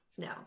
No